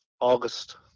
August